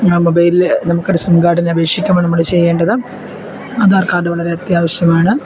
ആ മൊബൈലിൽ നമുക്കൊരു സിം കാഡിനപേക്ഷിക്കുമ്പോൾ നമ്മൾ ചെയ്യേണ്ടത് ആധാർ കാഡ് വളരെ അത്യാവശ്യമാണ്